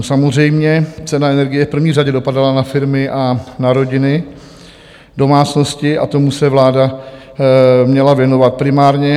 Samozřejmě, cena energie v první řadě dopadala na firmy a na rodiny, domácnosti a tomu se vláda měla věnovat primárně.